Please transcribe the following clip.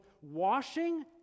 washing